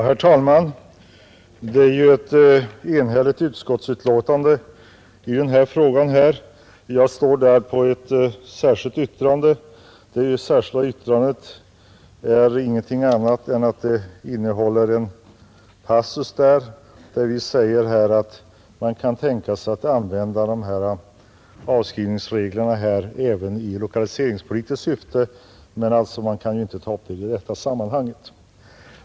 Herr talman! Det är ju ett enhälligt utskottsbetänkande i denna fråga. Jag står antecknad för ett särskilt yttrande, som inte innehåller något annat än en passus där vi säger att man kan tänka sig att dessa avskrivningsregler kan användas även i lokaliseringspolitiskt syfte men att den frågan inte kan tas upp i detta sammanhang.